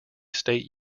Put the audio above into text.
state